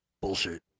bullshit